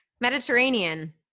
Mediterranean